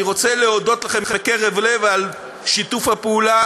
אני רוצה להודות לכם מקרב לב על שיתוף הפעולה